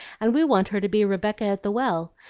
and we want her to be rebecca at the well.